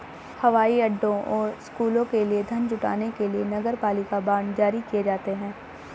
हवाई अड्डों और स्कूलों के लिए धन जुटाने के लिए नगरपालिका बांड जारी किए जाते हैं